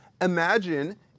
Imagine